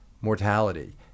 mortality